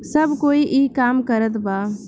सब कोई ई काम करत बा